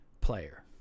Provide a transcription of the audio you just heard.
player